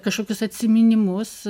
kažkokius atsiminimus